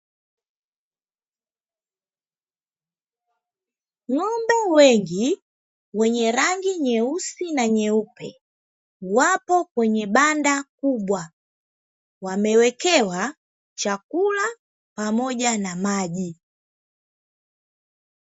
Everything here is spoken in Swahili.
Ng'ombe wengi wenye rangi nyeusi na nyeupe wapo kwenye banda kubwa, wamewewekewa chakula pamoja na maji.